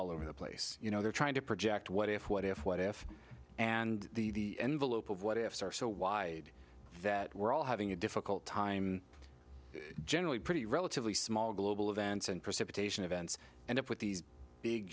all over the place you know they're trying to project what if what if what if and the envelope of what ifs are so wide that we're all having a difficult time generally pretty relatively small global events and precipitation events and if with these big